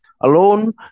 alone